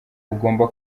ugomba